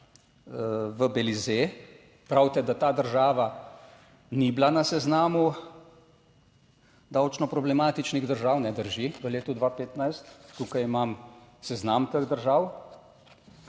v Belize. Pravite, da ta država ni bila na seznamu davčno problematičnih držav, drži, v letu 2015. Tukaj imam seznam teh držav,